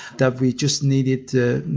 that we just needed to